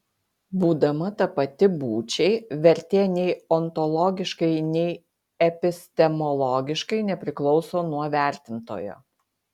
būdama tapati būčiai vertė nei ontologiškai nei epistemologiškai nepriklauso nuo vertintojo